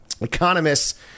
economists